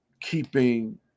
keeping